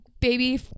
Baby